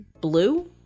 Blue